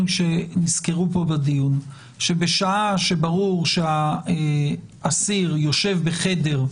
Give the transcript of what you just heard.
שנזכרו פה בדיון - שבשעה שברור שהאסיר יושב בחדר,